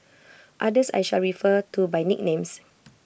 others I shall refer to by nicknames